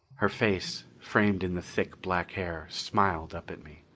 her face, framed in the thick, black hair, smiled up at me.